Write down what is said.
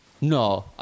No